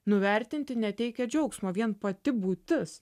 nuvertinti neteikia džiaugsmo vien pati būtis